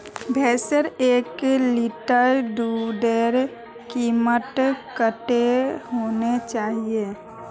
भैंसेर एक लीटर दूधेर कीमत कतेक होना चही?